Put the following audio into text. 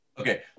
Okay